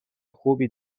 خوبی